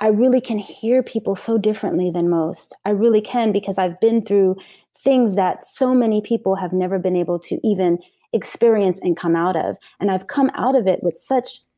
i really can hear people do so differently than most. i really can, because i've been through things that so many people have never been able to even experience and come out of and i've come out of it with such.